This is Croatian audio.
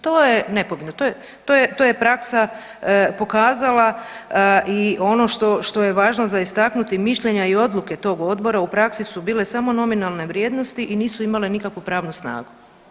To je nepobitno, to je, to je praksa pokazala i ono što je važno za istaknuti, mišljenja i odluke tog odbora u praksi su bile samo nominalne vrijednosti i nisu imale nikakvu pravnu snagu.